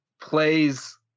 plays